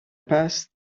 passed